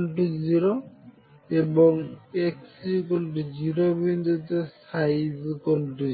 ≠0 এবং x0 বিন্দুতে ψ0